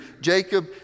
Jacob